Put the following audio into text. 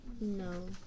No